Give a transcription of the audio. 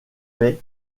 paix